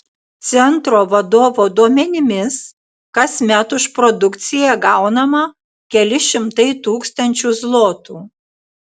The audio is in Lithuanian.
centro vadovo duomenimis kasmet už produkciją gaunama keli šimtai tūkstančių zlotų